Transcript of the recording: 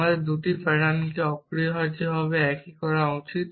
আমাদের 2টি প্যাটার্নগুলিকে অপরিহার্যভাবে একই করা উচিত